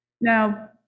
Now